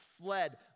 fled